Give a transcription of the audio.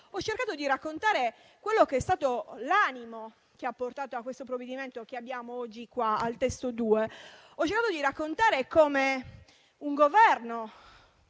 Ho cercato di raccontare quello che è stato l'animo che ha portato a questo provvedimento che oggi esaminiamo in un testo 2. Ho cercato di raccontare come il Governo,